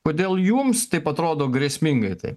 kodėl jums taip atrodo grėsmingai tai